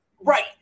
Right